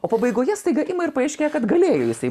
o pabaigoje staiga ima ir paaiškėja kad galėjo jisai